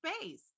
space